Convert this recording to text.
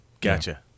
gotcha